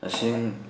ꯇꯁꯦꯡ